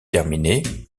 terminé